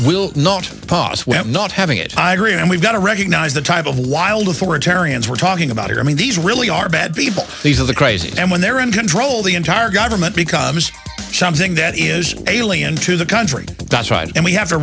when not having it i agree and we've got to recognize the type of wild authoritarians we're talking about here i mean these really are bad people these are the crazies and when they're in control the entire government becomes something that is alien to the country that's right and we have to